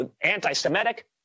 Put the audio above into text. anti-Semitic